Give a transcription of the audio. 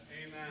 amen